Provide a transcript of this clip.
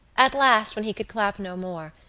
at last, when he could clap no more,